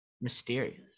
mysterious